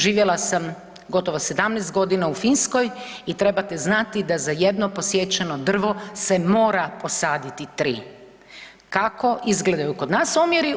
Živjela sam gotovo 17 godina u Finskoj i trebate znati da za jedno posjećeno drvo se mora posaditi 3. Kako izgledaju kod nas omjeri?